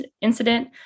incident